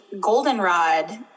goldenrod